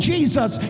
Jesus